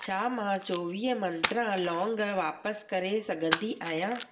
छा मां चोवीह मंत्रा लौंग वापसि करे सघंदी आहियां